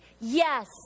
Yes